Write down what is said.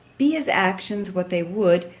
be his actions what they would,